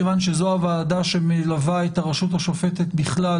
מכיוון שזו הוועדה שמלווה את הרשות השופטת בכלל